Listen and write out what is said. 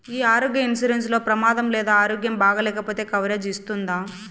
ఈ ఆరోగ్య ఇన్సూరెన్సు లో ప్రమాదం లేదా ఆరోగ్యం బాగాలేకపొతే కవరేజ్ ఇస్తుందా?